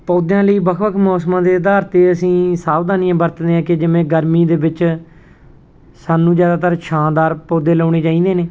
ਪੌਦਿਆਂ ਲਈ ਵੱਖ ਵੱਖ ਮੌਸਮਾਂ ਦੇ ਅਧਾਰ 'ਤੇ ਅਸੀਂ ਸਾਵਧਾਨੀਆਂ ਵਰਤਦੇ ਹਾਂ ਕਿ ਜਿਵੇਂ ਗਰਮੀ ਦੇ ਵਿੱਚ ਸਾਨੂੰ ਜ਼ਿਆਦਾਤਰ ਛਾਂ ਦਾਰ ਪੌਦੇ ਲਾਉਣੇ ਚਾਹੀਦੇ ਨੇ